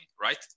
right